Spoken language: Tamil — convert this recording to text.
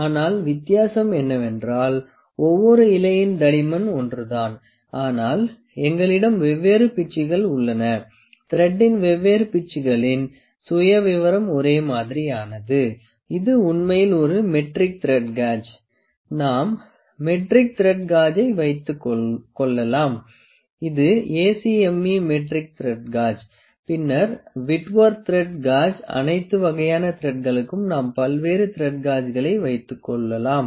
ஆனால் வித்தியாசம் என்னவென்றால் ஒவ்வொரு இலையின் தடிமன் ஒன்றுதான் ஆனால் எங்களிடம் வெவ்வேறு பிட்சுகள் உள்ளன த்ரெடின் வெவ்வேறு பிட்சுகளின் சுயவிவரம் ஒரே மாதிரியானது இது உண்மையில் ஒரு மெட்ரிக் த்ரேட் காஜ் நாம் மெட்ரிக் த்ரெட் காஜை வைத்துக் கொள்ளலாம் இது acme மெட்ரிக் த்ரெட் காஜ் பின்னர் விட்வொர்த் த்ரெட் காஜ் அனைத்து வகையான த்ரெட்களுக்கும் நாம் பல்வேறு த்ரெட் காஜ்களை வைத்துக்கொள்ளலாம்